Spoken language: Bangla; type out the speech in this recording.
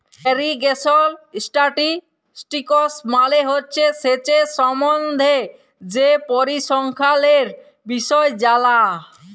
ইরিগেশল ইসট্যাটিস্টিকস মালে হছে সেঁচের সম্বল্ধে যে পরিসংখ্যালের বিষয় জালা